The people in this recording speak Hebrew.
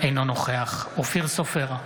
אינו נוכח אופיר סופר,